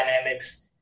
dynamics